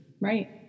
Right